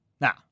Now